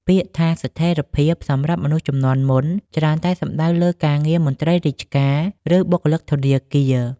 ពាក្យថា "ស្ថិរភាព" សម្រាប់មនុស្សជំនាន់មុន ច្រើនតែសំដៅលើការងារមន្ត្រីរាជការ ឬបុគ្គលិកធនាគារ។